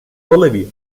bolivia